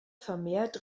vermehrt